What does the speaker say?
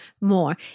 more